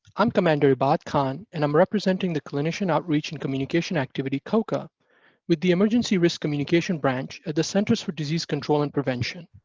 i'm commander ibad kahn, and i'm representing the clinician outreach and communication activity coca with the emergency risk communication branch at the centers for disease control and prevention.